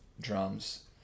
drums